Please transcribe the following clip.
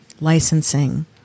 licensing